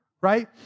Right